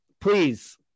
please